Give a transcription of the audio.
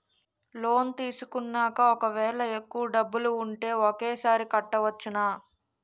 Loan తీసుకున్నాక ఒకవేళ ఎక్కువ డబ్బులు ఉంటే ఒకేసారి కట్టవచ్చున?